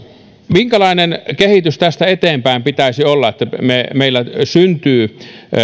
minkälainen kehitys tästä eteenpäin pitäisi olla jotta meillä syntyy